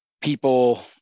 People